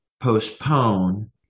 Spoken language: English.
Postpone